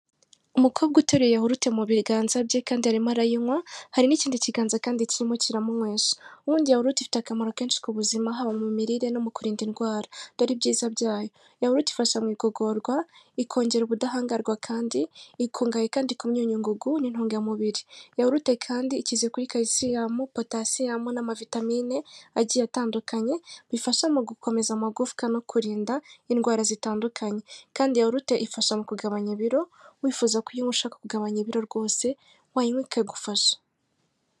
Umukobwa utereye yawurute mu biganza bye kandi aremo arayinywa, hari n'ikindi kiganza kandi kirimo kiramunywesha. Ubundi yawurute ifite akamaro kenshi ku buzima haba mu mirire no mu kurinda indwara. Dore ibyiza byayo yawurute ifasha mu igogorwa, ikongera ubudahangarwa kandi ikungahaye kandi ku myunyungugu n'intungamubiri. yawurute kandi ikize kuri karisiyamu, potasiyamu n'amavitamine agiye atandukanye bifasha mu gukomeza amagufwa no kurinda indwara zitandukanye, kandi yawurute ifasha mu kugabanya ibiro wifuza ko uyinywa ushaka kugabanya ibiro rwose wayinywa ikagufasha.